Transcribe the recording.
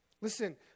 Listen